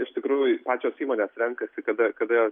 iš tikrųjų pačios įmonės renkasi kada kada jos